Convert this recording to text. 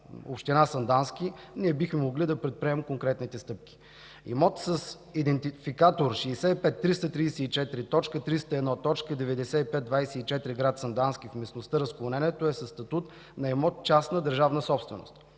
община Сандански, ние бихме могли да предприемем конкретни стъпки. Имот с идентификатор 65334.301.9524 град Сандански в местността „Разклонението” е със статут на имот частна държавна собственост.